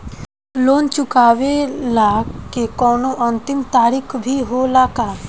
Loan चुकवले के कौनो अंतिम तारीख भी होला का?